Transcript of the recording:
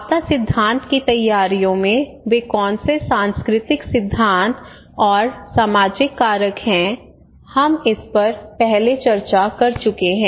आपदा सिद्धांत की तैयारियों में वे कौन से सांस्कृतिक सिद्धांत और सामाजिक कारक हैं हम इस पर पहले चर्चा कर चुके हैं